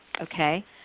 Okay